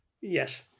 yes